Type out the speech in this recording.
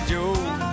Joe